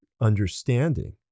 understanding